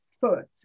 foot